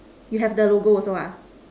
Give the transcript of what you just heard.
you have the logo also ah